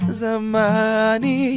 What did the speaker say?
zamani